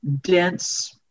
dense